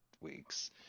weeks